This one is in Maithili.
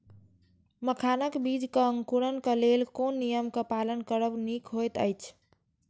मखानक बीज़ क अंकुरन क लेल कोन नियम क पालन करब निक होयत अछि?